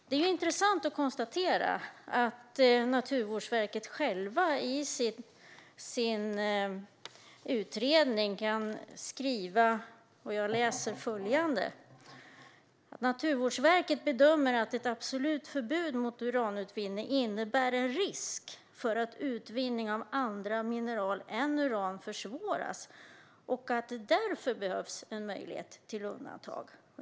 Det är intressant att konstatera att Naturvårdsverket självt i sin utredning skriver: "Naturvårdsverket bedömer att ett absolut förbud" mot uranutvinning "innebär en risk för att utvinning av andra mineral än uran försvåras och att det därför behövs en möjlighet till undantag."